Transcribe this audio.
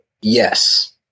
yes